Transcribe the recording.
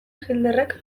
hitlerrek